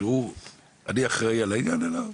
לא, כלום.